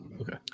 okay